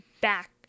back